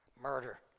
Murder